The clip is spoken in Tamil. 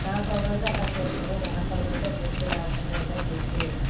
நான் சொல்கிறத தான் எல்லாம் கேட்கணும் நான் சொல்றது தான் கெத்து நான் பண்ணுறது தான் கெத்து